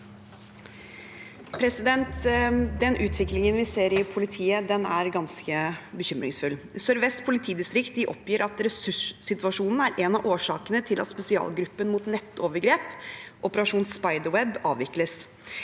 Den utviklingen vi ser i po- litiet, er ganske bekymringsfull. Sør-Vest politidistrikt oppgir at ressurssituasjonen er en av årsakene til at spesialgruppen mot nettovergrep, Operasjon Spiderweb, avvikles.